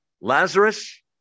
Lazarus